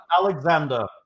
Alexander